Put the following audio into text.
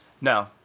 No